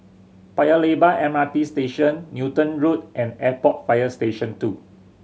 Paya Lebar M R T Station Newton Road and Airport Fire Station Two